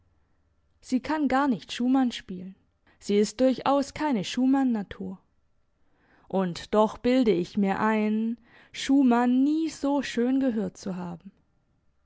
sie kann gar nicht schumann spielen sie ist durchaus keine schumannnatur und doch bilde ich mir ein schumann nie so schön gehört zu haben